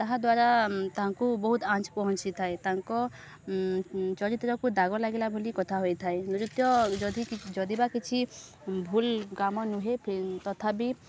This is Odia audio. ତାହାଦ୍ୱାରା ତାଙ୍କୁ ବହୁତ ଆଞ୍ଚ ପହଞ୍ଚିଥାଏ ତାଙ୍କ ଚରିତ୍ରକୁ ଦାଗ ଲାଗିଲା ବୋଲି କଥା ହୋଇଥାଏ ନୃତ୍ୟ ଯଦି ଯଦି ବା କିଛି ଭୁଲ୍ କାମ ନୁହେଁ ତଥାପି